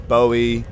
Bowie